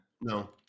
No